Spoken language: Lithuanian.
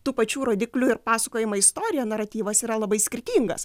tų pačių rodiklių ir pasakojama istorija naratyvas yra labai skirtingas